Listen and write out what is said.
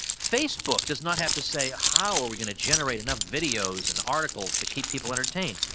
facebook does not have to say, how are we going to generate enough videos and articles to keep people entertai?